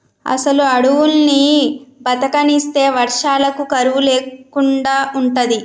అసలు అడువుల్ని బతకనిస్తే వర్షాలకు కరువు లేకుండా ఉంటది